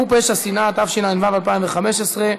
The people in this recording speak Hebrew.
התשע"ו 2015,